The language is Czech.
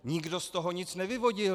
Nikdo z toho nic nevyvodil.